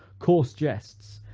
coarse jests,